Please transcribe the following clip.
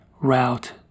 route